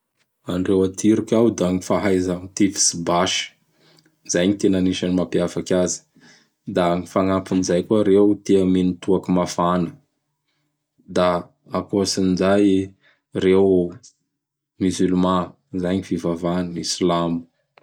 Andreo a Turke ao da gny fahaiza mitifitsy basy. Zay gn tena anaisany mampiavakay azy. Da gn fanampin'izay koa reo tia mino toaky mafana. Da akoatsin'izay, reo Musulman, izay gny fivavahany, Silamo.